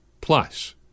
plus